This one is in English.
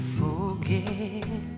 forget